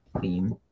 theme